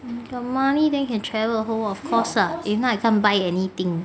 got money then can travel the whole world of course ah if not I can't buy anything